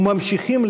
וממשיכים,